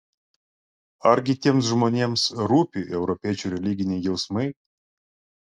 argi tiems žmonėms rūpi europiečių religiniai jausmai